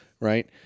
Right